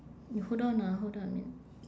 you hold on ah hold on a minute